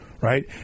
right